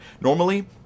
Normally